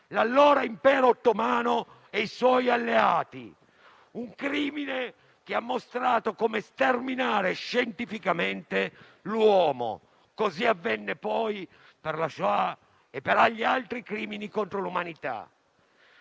l'allora impero ottomano e i suoi alleati. Tale crimine ha mostrato come sterminare scientificamente l'uomo, così avvenne poi per la Shoah e per agli altri crimini contro l'umanità.